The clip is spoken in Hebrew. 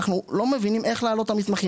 אנחנו לא מבינים איך להעלות את המסמכים,